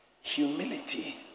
humility